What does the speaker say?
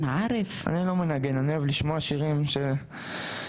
אני לא מנגן, אני אוהב לשמוע שירים של פעם.